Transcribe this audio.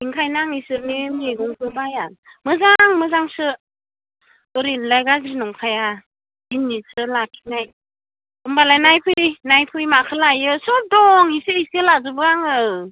ओंखायनो आं बिसोरनि मैगंखौ बाया मोजां मोजांसो ओरैनोलाय गाज्रि नंखाया दिनैसो लाखिनाय होनबालाय नायफै नायफै माखौ लायो सब दं इसे इसे लाजोबो आङो